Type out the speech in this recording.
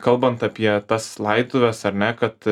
kalbant apie tas laidotuves ar ne kad